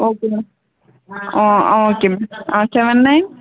okay madam ஆ ஆ okay ma'am ஆ செவன் நயன்